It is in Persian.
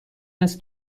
است